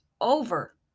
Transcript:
over